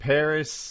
Paris